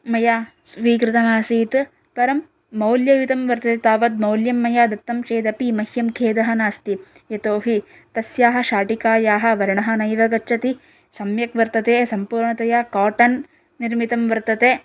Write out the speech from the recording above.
मया स्वीकृतम् आसीत् परं मौल्ययुतं वर्तते तावत् मौल्यं मया दत्तं चेदपि मह्यं खेदः नास्ति यतोहि तस्याः शाटिकायाः वर्णः नैव गच्छति सम्यक् वर्तते सम्पूर्णतया काटन् निर्मितं वर्तते